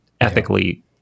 ethically